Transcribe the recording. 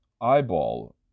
eyeball